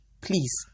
please